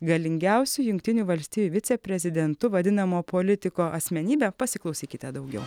galingiausiu jungtinių valstijų viceprezidentu vadinamo politiko asmenybę pasiklausykite daugiau